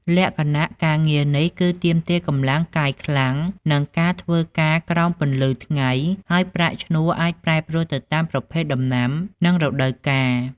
លក្ខណៈការងារនេះគឺទាមទារកម្លាំងកាយខ្លាំង និងធ្វើការក្រោមពន្លឺថ្ងៃ ហើយប្រាក់ឈ្នួលអាចប្រែប្រួលទៅតាមប្រភេទដំណាំ និងរដូវកាល ។